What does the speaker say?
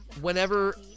whenever